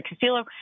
Castillo